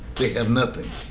they have nothing.